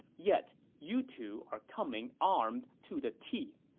yet, you two are coming armed to the teeth.